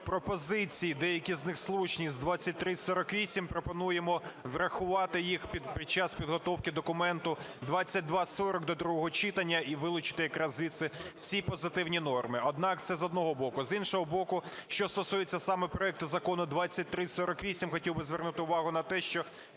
пропозиції, деякі з них слушні, з 2348, пропонуємо врахувати їх під час підготовки документу 2240 до другого читання і вилучити якраз звідси ці позитивні норми. Однак, це з одного боку. З іншого боку, що стосується саме проекту Закону 2348. Хотів би звернути увагу на те, що